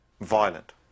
violent